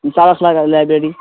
Nisar Akhlaq library